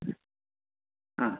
आं